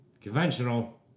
Conventional